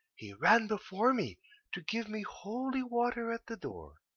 he ran before me to give me holy water at the door.